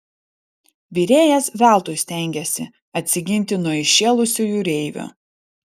virėjas veltui stengėsi atsiginti nuo įšėlusio jūreivio